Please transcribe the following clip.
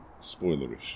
spoilerish